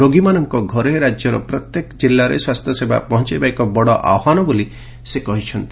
ରୋଗୀମାନଙ୍କ ଘରେ ରାଜ୍ୟର ପ୍ରତ୍ୟେକ ଜିଲ୍ଲାରେ ସ୍ୱାସ୍ଥ୍ୟସେବା ପହଞ୍ଚାଇବା ଏକ ବଡ଼ ଆହ୍ବାନ ବୋଲି ସେ କହିଛନ୍ତି